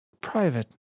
private